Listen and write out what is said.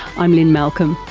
i'm lynne malcolm.